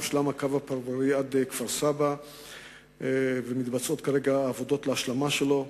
הושלם הקו הפרברי עד כפר-סבא וכרגע מתבצעות עבודות השלמה שלו.